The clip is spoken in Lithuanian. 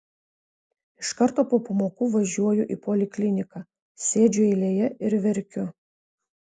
iš karto po pamokų važiuoju į polikliniką sėdžiu eilėje ir verkiu